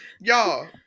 Y'all